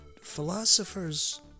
philosophers